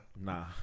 Nah